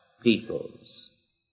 peoples